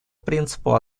принципу